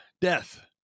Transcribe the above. death